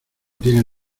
tiene